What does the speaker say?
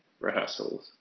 rehearsals